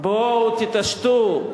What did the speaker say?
בואו תתעשתו.